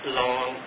long